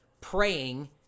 praying